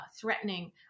threatening